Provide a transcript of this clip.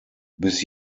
bis